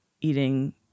eating